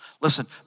Listen